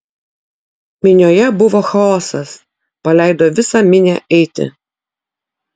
minioje buvo chaosas paleido visą minią eiti